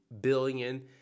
billion